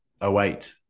08